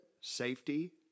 safety